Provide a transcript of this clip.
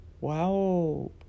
Wow